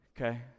Okay